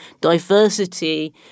diversity